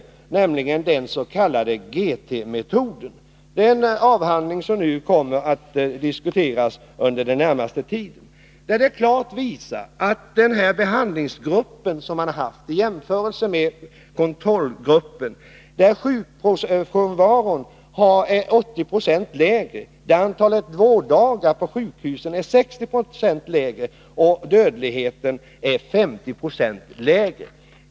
Jag syftar på den s.k. GT-metoden. Den avhandling som kommer att diskuteras under den närmaste tiden visar klart att behandlingsgruppens sjukfrånvaro i jämförelse med kontrollgruppens är 80 96 lägre, att antalet vårddagar på sjukhus är 60 96 lägre och att dödligheten är 50 96 lägre.